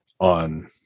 on